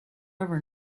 ever